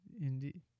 indeed